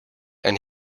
and